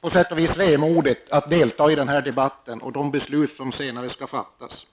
på sätt och vis vemodigt att delta i denna debatt och de beslut som senare skall fattas.